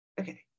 okay